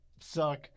suck